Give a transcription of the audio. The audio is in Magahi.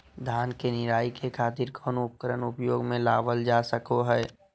धान के निराई के खातिर कौन उपकरण उपयोग मे लावल जा सको हय?